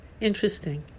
Interesting